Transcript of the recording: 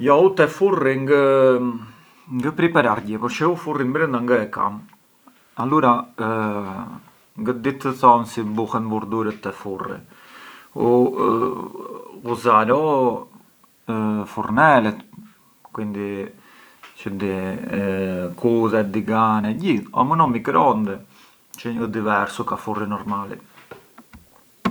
Jo u te furri ngë priparar gjë anchi përçë u furrin brënda ngë e kam, allura ngë di t’e thom si bunen vurdurët te furri, u ghuzar o furnelet quindi çë di kudhe, digane, o më no u microonde çë però ë diversu ka furri normali.